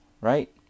right